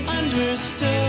understood